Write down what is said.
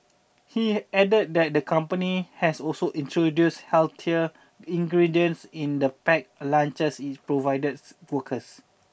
he added that the company has also introduced healthier ingredients in the packed lunches it provided workers